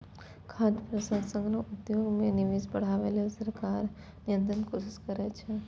खाद्य प्रसंस्करण उद्योग मे निवेश बढ़ाबै लेल सरकार निरंतर कोशिश करै छै